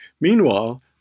Meanwhile